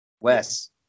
Wes